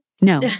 No